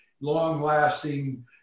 long-lasting